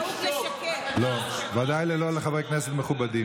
כדי להראות לך שהמעשה שעשית, לדבר תוך כדי.